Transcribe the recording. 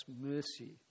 mercy